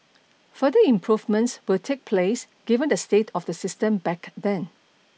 further improvements will take place given the state of the system back then